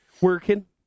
working